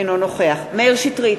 אינו נוכח מאיר שטרית,